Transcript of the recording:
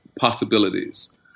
possibilities